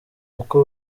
kuko